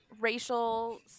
racial